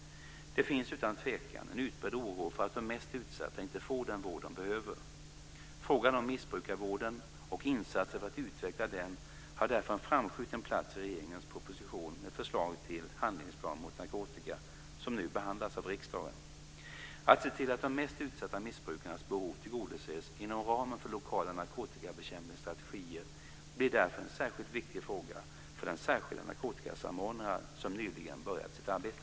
Det finns utan tvekan en utbredd oro för att de mest utsatta inte får den vård de behöver. Frågan om missbrukarvården och insatser för att utveckla den har därför en framskjuten plats i regeringens proposition med förslag till handlingsplan mot narkotika som nu behandlas av riksdagen. Att se till att de mest utsatta missbrukarnas behov tillgodoses inom ramen för lokala narkotikabekämpningsstrategier blir därför en särskilt viktig fråga för den särskilda narkotikasamordnare som nyligen börjat sitt arbete.